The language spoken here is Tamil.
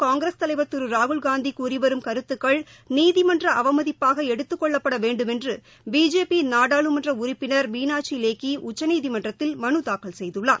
காங்கிரஸ் தலைவா் திருராகுல்காந்திகூறுவரும் கருத்துக்கள் நீதிமன்றஅவமதிப்பாகஎடுத்துக் கொள்ளப்படவேண்டுமென்றுபிஜேபிநாடாளுமன்றஉறுப்பினர் மீனாட்சிலேக்கிஉச்சநீதிமன்றத்தில் மனுதாக்கல் செய்துள்ளார்